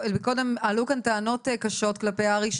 קודם עלו כאן טענות קשות כלפי הר"י,